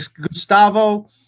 Gustavo